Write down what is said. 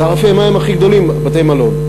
תעריפי מים הכי גבוהים על בתי-מלון,